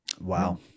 Wow